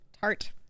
Tart